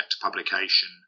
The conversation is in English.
publication